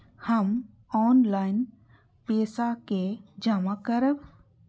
हमू ऑनलाईनपेसा के जमा करब?